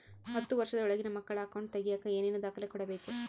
ಹತ್ತುವಷ೯ದ ಒಳಗಿನ ಮಕ್ಕಳ ಅಕೌಂಟ್ ತಗಿಯಾಕ ಏನೇನು ದಾಖಲೆ ಕೊಡಬೇಕು?